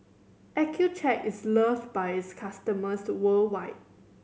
Accucheck is loved by its customers worldwide